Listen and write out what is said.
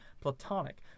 platonic